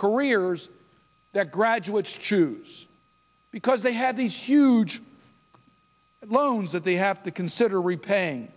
careers that graduates choose because they had these huge loans that they have to consider repaying